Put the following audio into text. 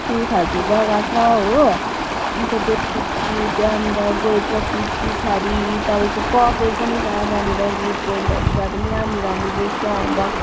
खालको जग्गा छ हो अन्त त्यसपछि त्यहाँनिर गएपछि पछाडि तपाईँको कफेर पनि छ त्यहाँनिर भ्यु पोइन्टहरू त्यहाँ पनि राम्रो राम्रो देख्छ अन्त